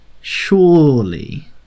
surely